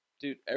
Dude